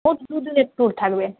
মোট দু দিনের ট্যুর থাকবে